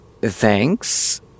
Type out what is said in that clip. Thanks